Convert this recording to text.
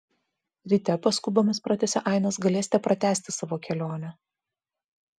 ryte paskubomis pratęsė ainas galėsite pratęsti savo kelionę